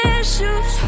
issues